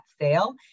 sale